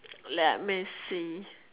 let me see